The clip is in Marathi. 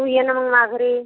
तू येना मग माझ्या घरी